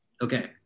Okay